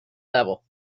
level